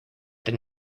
than